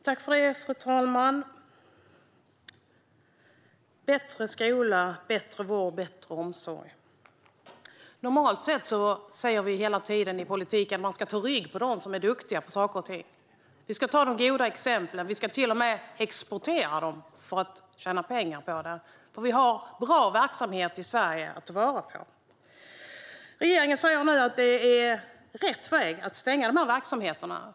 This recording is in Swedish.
Fru talman! Bättre skola, vård och omsorg! Normalt sett säger vi i politiken att vi ska ta rygg på dem som är duktiga på saker och ting. Vi ska se på de goda exemplen, och vi ska till och med exportera dem för att tjäna pengar på dem. Det finns bra verksamhet i Sverige att ta vara på. Regeringen säger nu att det är rätt väg att stänga dessa verksamheter.